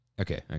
Okay